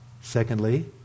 Secondly